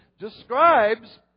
describes